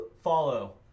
Follow